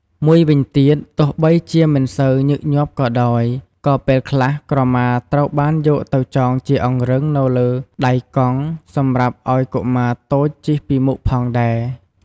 មួយវិញទៀត ទោះបីជាមិនសូវញឹកញាប់ក៏ដោយ ក៏ពេលខ្លះក្រមាត្រូវបានយកទៅចងជាអង្រឹងនៅលើដៃកង់ សម្រាប់ឱ្យកុមារតូចជិះពីមុខផងដែរ។